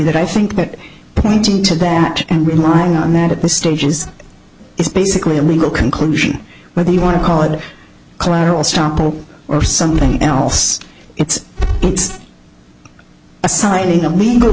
that i think that pointing to that and remarking on that at this stage is it's basically a legal conclusion whether you want to call it collateral sample or something else it's just assigning a legal